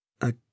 a